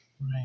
Right